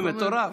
זה מטורף.